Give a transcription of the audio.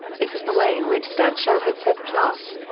it was the way in which stanshall had said plus.